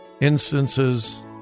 instances